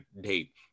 date